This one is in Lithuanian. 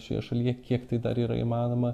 šioje šalyje kiek tai dar yra įmanoma